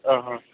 ఆహా